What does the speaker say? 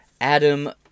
Adam